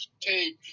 take